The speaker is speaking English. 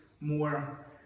more